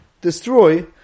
destroy